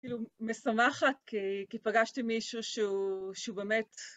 כאילו, משמחת כי פגשתם מישהו שהוא באמת...